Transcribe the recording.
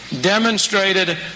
demonstrated